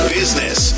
business